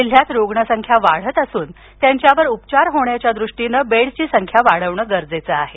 जिल्ह्यात रुग्णसंख्या वाढत असून त्यांच्यावर उपचार होण्याच्या दृष्टिने बेडची संख्या वाढविणे गरजेचे आहे